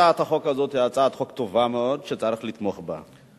הצעת החוק הזאת היא הצעה טובה מאוד וצריך לתמוך בה.